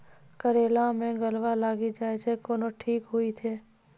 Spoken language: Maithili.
करेला मे गलवा लागी जे छ कैनो ठीक हुई छै?